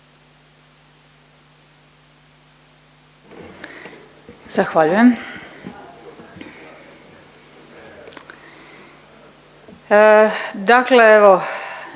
Zahvaljujem.